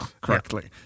correctly